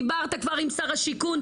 דיברת כבר עם שר השיכון,